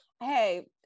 Hey